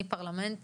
אני פרלמנט